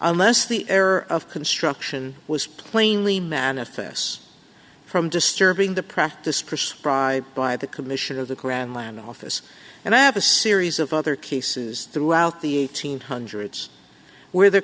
unless the error of construction was plainly manifests from disturbing the practice prescribed by the commission of the crown land office and i have a series of other cases throughout the eighteen hundreds where the